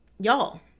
Y'all